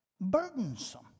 burdensome